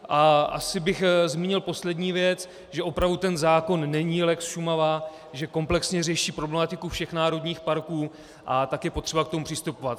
A asi bych zmínil poslední věc, že opravdu ten zákon není lex Šumava, že komplexně řeší problematiku všech národních parků a tak je potřeba k tomu přistupovat.